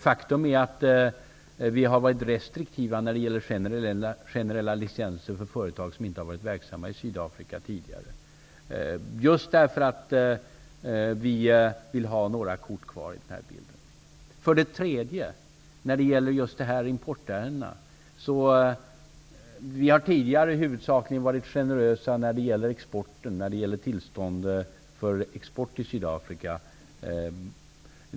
Faktum är att vi har varit restriktiva när det gäller generella licenser för företag som inte har varit verksamma i Sydafrika tidigare, just därför att vi vill ha några kort kvar i denna bild. För det tredje har vi tidigare, när det gäller importärendena, huvudsakligen varit generösa i fråga om tillstånd för export till Sydafrika.